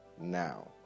now